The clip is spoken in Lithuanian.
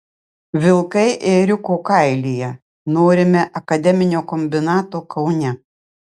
vilkai ėriuko kailyje norime akademinio kombinato kaune